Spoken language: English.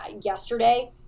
yesterday